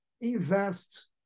invest